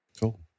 Cool